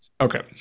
Okay